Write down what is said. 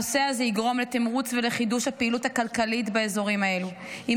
הנושא הזה יגרום לתמרוץ ולחידוש הפעילות הכלכלית באזורים האלו עם